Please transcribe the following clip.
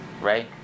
right